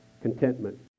contentment